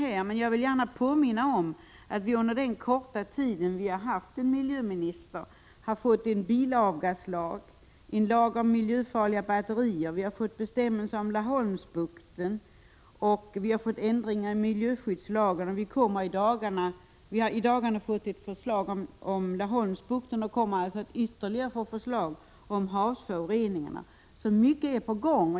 Jag vill emellertid gärna påminna om att vi under den korta tid vi har haft en miljöminister har fått en bilavgaslag, en lag om miljöfarliga batterier, bestämmelser om Laholmsbukten och ändringar i miljöskyddslagen. Vi har också i dagarna fått ett förslag om Laholmsbukten och kommer dessutom att få förslag om åtgärder mot havsföroreningarna. Mycket är på gång.